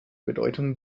bedeutung